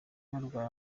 barwaye